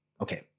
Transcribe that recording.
okay